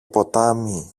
ποτάμι